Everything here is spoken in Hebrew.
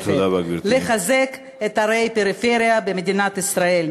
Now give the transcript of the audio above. לחזק את ערי הפריפריה במדינת ישראל.